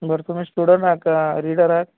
बरं तुम्ही स्टुडंट आहात का रीडर आहात